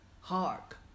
Hark